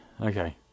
Okay